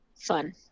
fun